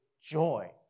joy